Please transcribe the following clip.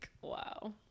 Wow